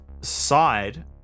side